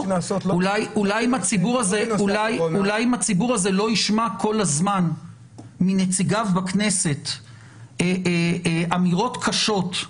אולי אם הציבור הזה לא ישמע כל הזמן מנציגיו בכנסת אמירות קשות,